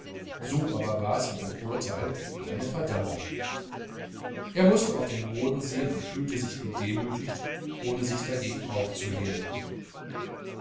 so aber wars wie ein urteil wie eine verdammung er mußte auf den boden sehen und fühlte sich gedemütigt ohne sich dagegen aufzulehnen